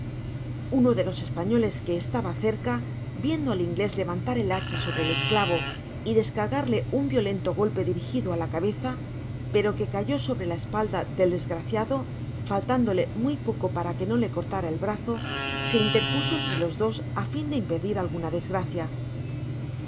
uno de los españoles que estaba cerca viendo al inglés levantar el hacha sobre el esclavo y descargarle un violento golpe dirigido á la cabeza pero que cayó sobre la espalda del desgraciado faltándole muy poco para que no le cortara el brazo se interpuso entre los dos á fin de impedir alguna desgracia el